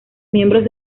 miembros